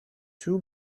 two